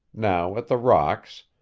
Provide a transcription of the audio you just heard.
now at the rocks,